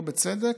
לא בצדק,